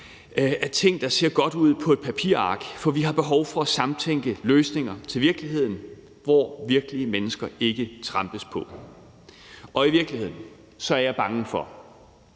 af ting, der ser godt ud på et papirark, for vi har behov for at samtænke løsninger til virkeligheden, hvor virkelige mennesker ikke trampes på. I virkeligheden er jeg bange for,